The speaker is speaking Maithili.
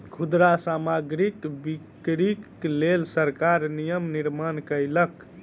खुदरा सामग्रीक बिक्रीक लेल सरकार नियम निर्माण कयलक